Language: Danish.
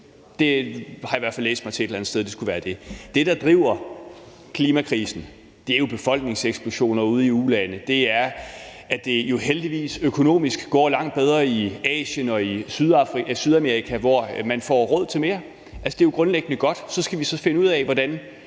Det har jeg i hvert fald læst mig til et eller andet sted skulle være det. Det, der driver klimakrisen, er jo befolkningseksplosioner i ulande; det er, at det jo heldigvis økonomisk går langt bedre i Asien og i Sydamerika, hvor man får råd til mere. Det er jo grundlæggende godt. Så skal vi finde ud af, hvordan